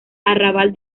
arrabal